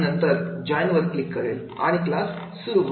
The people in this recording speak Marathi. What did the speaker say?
आणि नंतर जॉईन वर क्लिक करेल आणि क्लास चालू होईल